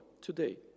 today